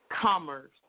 commerce